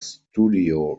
studio